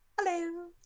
Hello